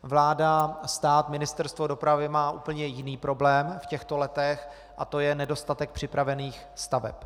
Vláda, stát, Ministerstvo dopravy mají úplně jiný problém v těchto letech a to je nedostatek připravených staveb.